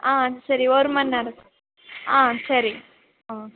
ஆ சரி ஒரு மணி நேரம் ஆ சரி ஆ